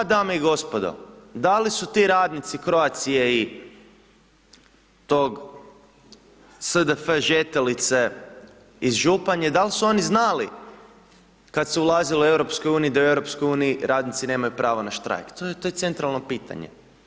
Dame i gospodo, da li su radnici Croatia i tog SDF Žetelice iz Županje, dal su oni znali kada se ulazilo u EU, da u EU radnici nemaju pravo na štrajk, to je centralno pitanje.